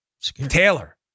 Taylor